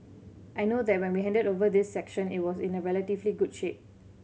I know that when we handed over this section it was in relatively good shape